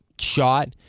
shot